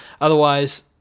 Otherwise